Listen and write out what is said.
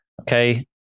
Okay